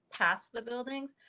pass the buildings,